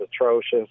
atrocious